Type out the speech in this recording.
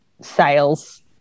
sales